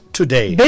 today